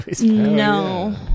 no